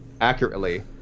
accurately